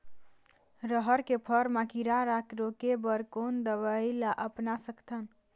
रहर के फर मा किरा रा रोके बर कोन दवई ला अपना सकथन?